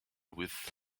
with